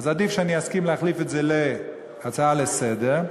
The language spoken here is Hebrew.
עדיף שאני אסכים להחליף את זה להצעה לסדר-היום,